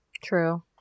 True